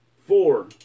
Four